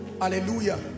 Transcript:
Hallelujah